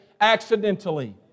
accidentally